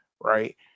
Right